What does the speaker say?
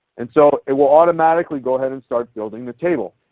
and so it will automatically go ahead and start building the table.